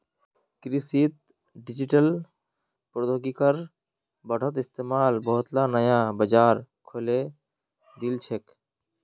कृषित डिजिटल प्रौद्योगिकिर बढ़ त इस्तमाल बहुतला नया बाजार खोले दिल छेक